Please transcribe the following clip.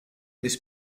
this